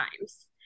times